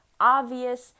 obvious